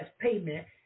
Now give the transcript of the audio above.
payment